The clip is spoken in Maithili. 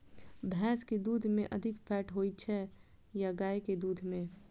भैंस केँ दुध मे अधिक फैट होइ छैय या गाय केँ दुध में?